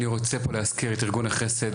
אני רוצה פה להזכיר את ארגון החסד